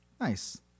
Nice